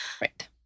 Right